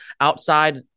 outside